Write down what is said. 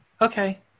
okay